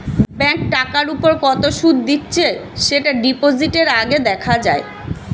bank টাকার উপর কত সুদ দিচ্ছে সেটা ডিপোজিটের আগে দেখা যায়